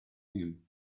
inn